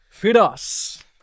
Firas